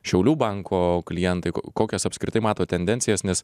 šiaulių banko klientai kokias apskritai matot tendencijas nes